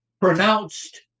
pronounced